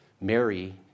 Mary